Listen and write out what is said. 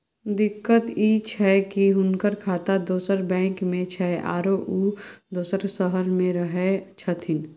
दिक्कत इ छै की हुनकर खाता दोसर बैंक में छै, आरो उ दोसर शहर में रहें छथिन